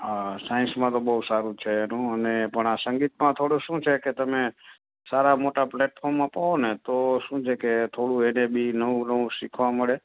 અ સાયન્સમાં તો બહુ સારું છે એનું અને પણ આ સંગીતમાં થોડું શું છે કે તમે સારા મોટાં પ્લેટફોમ અપાવો ને તો શું છે કે થોડું એને બી નવું નવું શીખવા મળે